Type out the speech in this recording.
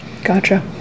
Gotcha